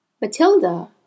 Matilda